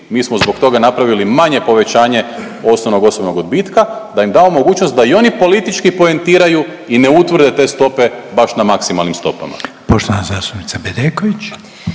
Mi smo zbog toga napravili manje povećanje osnovnog osobnog odbirka da im damo mogućnost da i oni politički poentiraju i ne utvrde te stope baš na maksimalnim stopama.